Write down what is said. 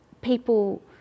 people